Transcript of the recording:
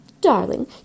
Darling